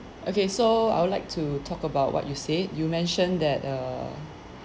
okay so I would like to talk about what you said you mentioned that err